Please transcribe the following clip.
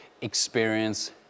experience